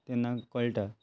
ते तेन्ना कळटा